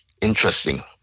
interesting